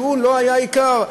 שהוא לא היה העיקר.